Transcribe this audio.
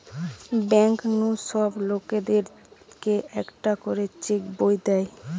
bank নু সব লোকদের কে একটা করে চেক বই দে